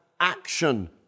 action